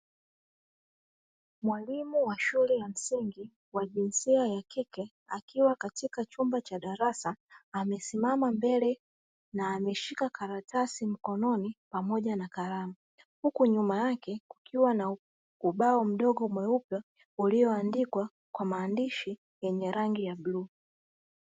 Mwalimu wa shule ya msingi wa jinsia ya kike akiwa katika chumba cha darasa amesimama mbele na ameshika karatasi mkononi pamoja na kalamu. Huku nyuma yake kukiwa na ubao mdogo mweupe ulioandikwa kwa maandishi yenye rangi ya bluu.